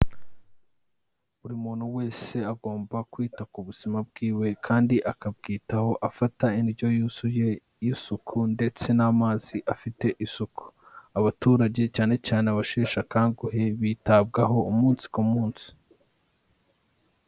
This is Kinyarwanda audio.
Buri muntu wese agomba kwita ku buzima bwiwe, kandi akabwitaho afata indyo yuzuye y'isuku, ndetse n'amazi afite isuku, abaturage cyane cyane abasheshe akanguhe bitabwaho umunsi ku munsi.